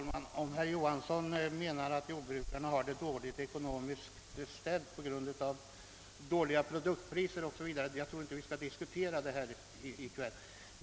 Herr talman! Herr Johansson i Växjö menar att jordbrukarna har det dåligt ställt ekonomiskt på grund av låga produktpriser, men jag tycker inte vi bör diskutera den saken i kväll.